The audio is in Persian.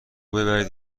ببرید